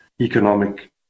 economic